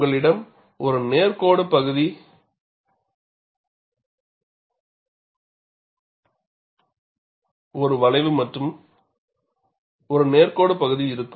உங்களிடம் ஒரு நேர் கோடு பகுதி ஒரு வளைவு மற்றும் ஒரு நேர் கோடு பகுதி இருக்கும்